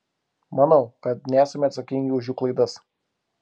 manau kad nesame atsakingi už jų klaidas